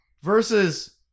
versus